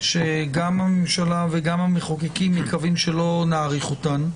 שגם הממשלה וגם המחוקקים מקווים שלא נאריך אותן,